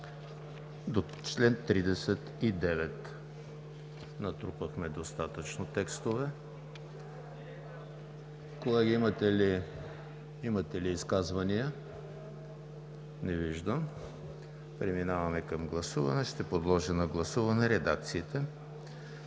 до чл. 39. Натрупахме достатъчно текстове. Колеги, имате ли изказвания? Не виждам. Преминаваме към гласуване. Ще подложа на гласуване редакциите,